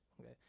okay